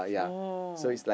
oh